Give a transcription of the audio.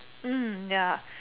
mm ya